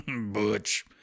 Butch